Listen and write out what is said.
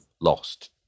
lost